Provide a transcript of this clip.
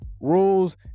rules